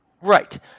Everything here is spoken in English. Right